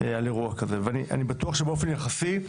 על אירוע כזה, ואני בטוח שבאופן יחסי,